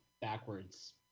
backwards